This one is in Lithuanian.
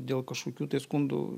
dėl kažkokių tai skundų